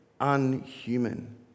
unhuman